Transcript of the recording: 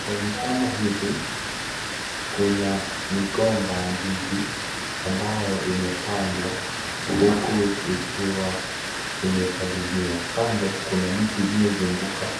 Kwenye shamba hili kuna migomba ya ndizi ambayo imepandwa huku ikiwa imepaliliwa. Kando kuna miti iliyozunguka